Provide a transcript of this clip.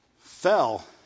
fell